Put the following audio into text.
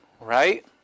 Right